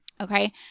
okay